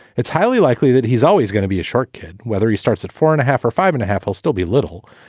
it's highly likely that he's always gonna be a short kid. whether he starts at four and a half or five and a half, he'll still be little.